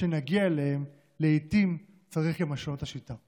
שנגיע אליהם, לפעמים צריך גם לשנות את השיטה.